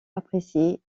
apprécié